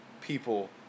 people